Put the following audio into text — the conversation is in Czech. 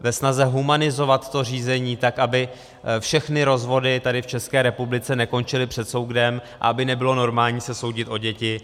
Ve snaze humanizovat to řízení, tak aby všechny rozvody tady, v České republice, nekončily před soudem, aby nebylo normální se soudit o děti.